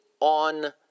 on